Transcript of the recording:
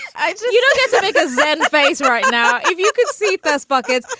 i so you know guess because in space right now you can see past buckets.